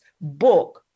book